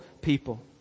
people